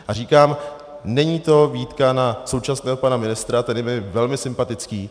A říkám, není to výtka na současného pana ministra, který je mi velmi sympatický.